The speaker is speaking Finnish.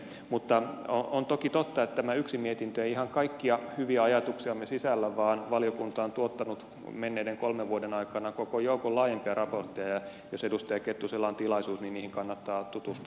mutta on toki totta että tämä yksi mietintö ei ihan kaikkia hyviä ajatuksiamme sisällä vaan valiokunta on tuottanut menneiden kolmen vuoden aikana koko joukon laajempia raportteja ja jos edustaja kettusella on tilaisuus niin niihin kannattaa tutustua